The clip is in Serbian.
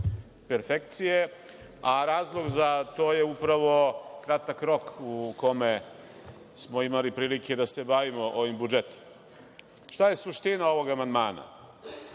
perfekcije, a razlog za to je upravo kratak rok u kome smo imali prilike da se bavimo ovim budžetom. Šta je suština ovog amandmana?